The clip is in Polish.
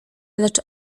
lecz